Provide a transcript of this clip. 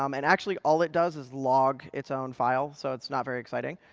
um and actually, all it does is log its own file, so it's not very exciting.